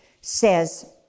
says